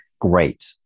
great